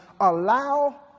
allow